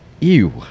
Ew